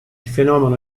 fenomeno